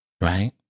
right